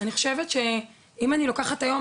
אני חושבת שאם אני לוקחת היום,